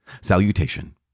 Salutation